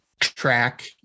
track